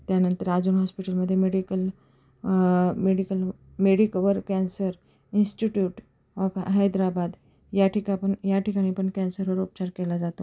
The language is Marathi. त्यानंतर अजून हॉस्पिटलमध्ये medical medical Medicover cancer institute of Hyderabad याठिका पण या ठिकाणी पण कॅन्सर वर उपचार केला जातो